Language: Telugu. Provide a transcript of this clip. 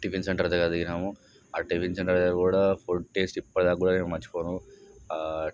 టిఫిన్ సెంటర్ దగ్గర దిగినాము ఆ టిఫిన్ సెంటర్ దగ్గర కూడా ఫుడ్ టేస్ట్ ఇప్పుడు దాక కూడా నేను మర్చిపోను